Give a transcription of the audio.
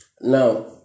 Now